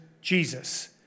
Jesus